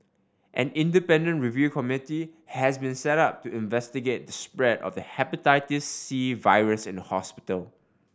an independent review committee has been set up to investigate the spread of the Hepatitis C virus in the hospital